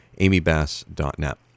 amybass.net